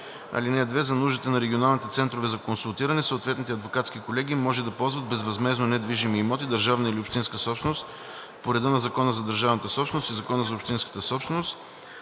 ал. 2: „(2) За нуждите на регионалните центрове за консултиране съответните адвокатски колегии може да ползват безвъзмездно недвижими имоти – държавна или общинска собственост, по реда на Закона за държавната собственост и Закона за общинската собственост.“